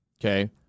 Okay